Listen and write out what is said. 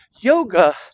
Yoga